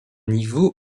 niveau